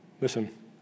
Listen